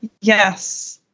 Yes